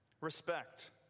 Respect